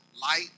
light